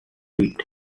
bit